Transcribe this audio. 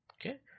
Okay